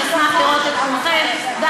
אני אשמח לראות את כולכם, גם